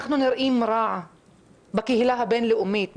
אנחנו נראים רע בקהילה הבין-לאומית.